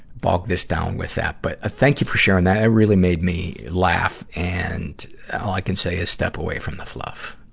bog this down with that. but, ah thank you for sharing that. that really made me laugh and all i can say is step away from the fluff.